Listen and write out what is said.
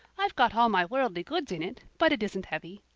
i've got all my worldly goods in it, but it isn't heavy.